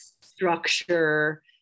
structure